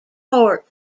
court